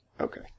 Okay